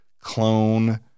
clone